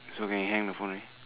so can hang the phone already